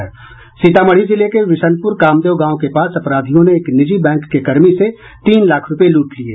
सीतामढ़ी जिले के विशनपूर कामदेव गांव के पास अपराधियों ने एक निजी बैंक के कर्मी से तीन लाख रूपये लूट लिये